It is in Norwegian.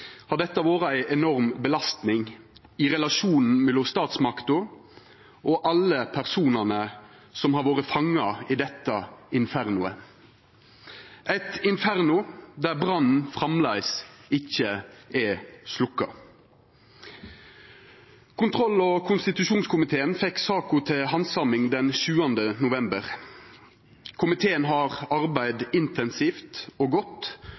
har dette vore ei enorm belastning i relasjonen mellom statsmaktene og alle personane som har vore fanga i dette infernoet, eit inferno der brannen framleis ikkje er sløkt. Kontroll- og konstitusjonskomiteen fekk saka til handsaming den 7. november. Komiteen har arbeidd intensivt og godt